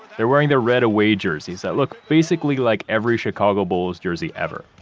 they're wearing their red away jerseys that look basically like every chicago bulls jersey ever.